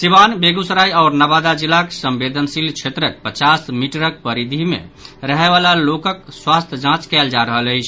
सिवान बेगूसराय आओर नवादा जिलाक संवेदनशील क्षेत्रक पचास मीटरक परिधि मे रहयवला लोकक स्वास्थ्य जांच कयल जा रहल अछि